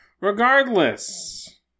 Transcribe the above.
Regardless